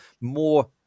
more